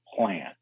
plan